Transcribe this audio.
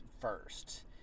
first